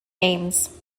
names